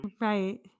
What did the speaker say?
right